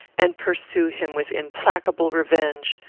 and pursue him with implacable revenge,